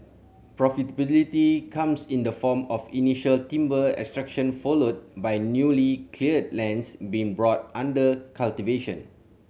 profitability comes in the form of initial timber extraction followed by newly cleared lands being brought under cultivation